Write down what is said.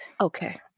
Okay